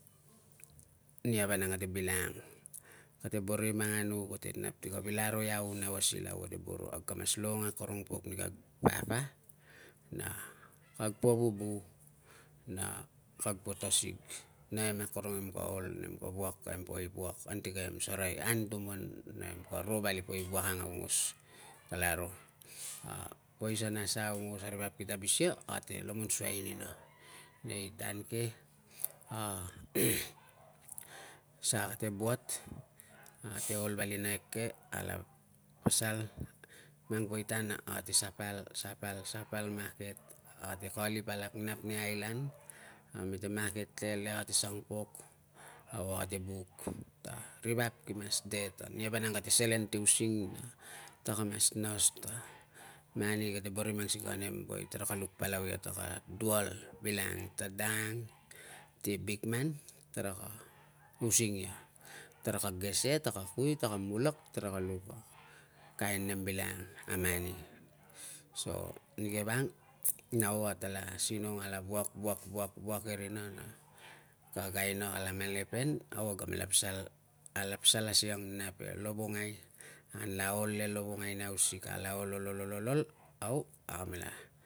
Nia vanang kate bilang. Kate boro i manganu kate nap ti ka vil aro iau nau a silau, kate boro. Kag ka mas longong aro pok ni kag papa na kag po vubu na kag po tasig. Namem akorong nem ka ol, nem ka wuak kem poi wuak anti kamem sarai anutuman namem ka ro vali poi wuak ang aungos. Kalaro, a poisa na sa aungos a ri vap kita abis ia ate lomon suai nina nei tan ke a sa kate buat ate ol valina eke, a la pasal mang poi tan ate sapal, sapal, sapal, market, ate kalip alak nap nei ailan namemte market le ate sang pok au, ate buk ta ri vap ki mas de ta nia vanang kate selen ti using na taka mas nas ta mani kate boro i mang sikei a nem ta taraka luk palau ia, taka dual bilang ta dang ang ti bikman, taraka using ia, taraka gese, taka kui, taka mulak, taraka luk kain nem bilangang a mani. So nike vang nau ate la sinong ala wuak, wuak, wuak, wak e rina na kag aina kala malapen au ala pasal asiang nap e lovongai, anla ol e lovongai nei hausik ol. ol. ol. ol. ol. ol, au a ka mela o